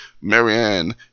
Marianne